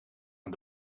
aan